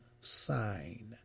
sign